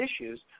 issues